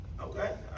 Okay